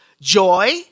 joy